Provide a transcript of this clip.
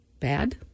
bad